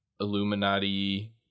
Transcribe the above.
illuminati